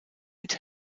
mit